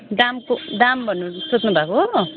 दामको दाम भन्नु सोध्नुभएको